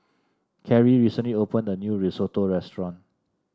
Carey recently opened a new Risotto restaurant